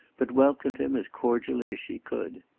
but welcomed him as cordially as she could.